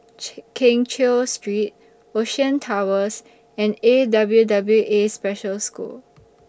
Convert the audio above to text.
Keng Cheow Street Ocean Towers and A W W A Special School